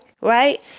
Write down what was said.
Right